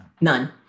None